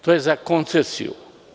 To je za koncesiju.